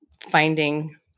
finding